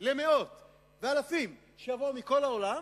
למאות ואלפים שיבואו מכל העולם?